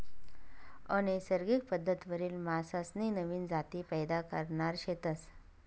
अनैसर्गिक पद्धतवरी मासासनी नवीन जाती पैदा करणार शेतस